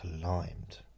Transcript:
climbed